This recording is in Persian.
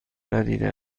ندیده